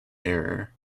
error